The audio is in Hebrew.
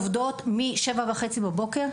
עובדות משעה 7:30 בבוקר,